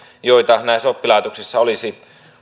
joita näissä oppilaitoksissa olisi